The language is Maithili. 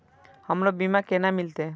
हमरो बीमा केना मिलते?